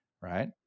right